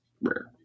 rare